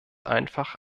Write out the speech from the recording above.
einfach